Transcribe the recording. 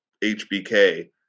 HBK